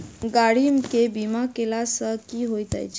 गाड़ी केँ बीमा कैला सँ की होइत अछि?